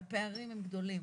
והפערים הם גדולים.